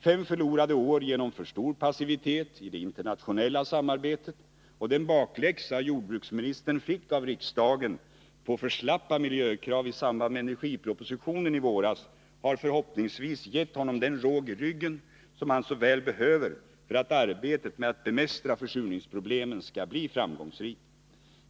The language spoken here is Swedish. Fem förlorade år genom för stor passivitet i det internationella samarbetet och den bakläxa på grund av för slappa miljökrav som jordbruksministern fick av riksdagen i samband med energipropositionen i våras har förhoppningsvis gett honom den råg i ryggen som han så väl behöver för att arbetet med att bemästra försurningsproblemen skall bli framgångsrikt.